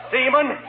Seaman